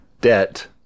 debt